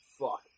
Fuck